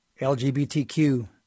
LGBTQ